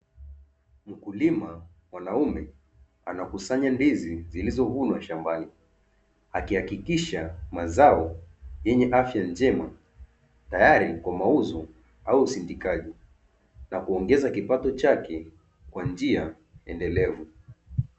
Mkulima mwanaume, anakusanya ndizi zilizovunwa shambani, akihakikisha mazao yenye afya njema tayari kwa mauzo au usindikaji na kuongeza kipato chake kwa njia endelevu.